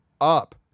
up